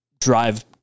drive